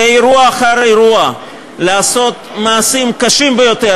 ואירוע אחר אירוע לעשות מעשים קשים ביותר